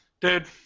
Dude